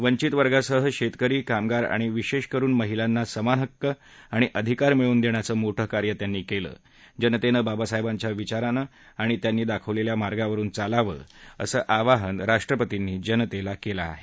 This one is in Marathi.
वंचित वर्गासह शेतकरी कामगार आणि विशेष करून महिलांना समान हक्क आणि अधिकार मिळवून देण्याचं मोठं कार्य केलं जनतेनं बाबासाहेबांच्या विचारानं आणि त्यांनी दाखवलेल्या मार्गावरून चालावं असं आवाहन राष्ट्रपतींनी जनतेला केलं आहे